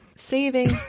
Saving